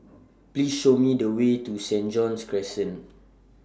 Please Show Me The Way to Saint John's Crescent